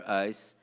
eyes